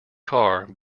car